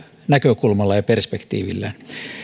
näkökulmallaan ja perspektiivillään